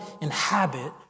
inhabit